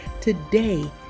today